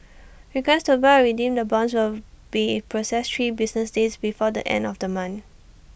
requests to buy or redeem the bonds will be processed three business days before the end of the month